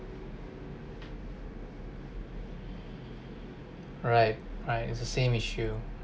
right right it's the same issue